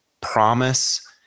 promise